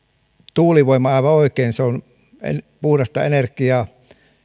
tuulivoima aivan oikein on puhdasta energiaa